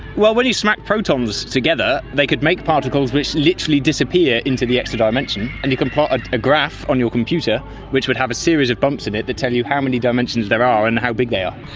well, when you smack protons together they could make particles which literally disappear into the extra dimensional and you can plot a graph on your computer which would have a series of bumps in it that tell you how many dimensions there are and how big they are.